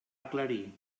aclarir